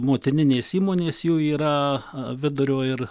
motininės įmonės jų yra vidurio ir